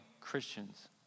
Christians